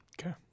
Okay